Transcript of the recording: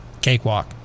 cakewalk